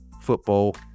football